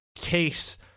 case